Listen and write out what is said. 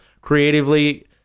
creatively